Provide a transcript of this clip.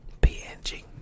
PNG